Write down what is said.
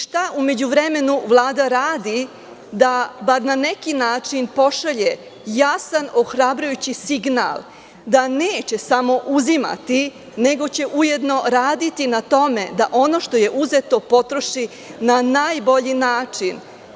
Šta u međuvremenu Vlada radi da bar na neki način pošalje jasan ohrabrujući signal da neće samo uzimati, nego će ujedno raditi na tome da ono što je uzeto potroši na najbolji način?